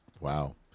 wow